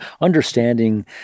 understanding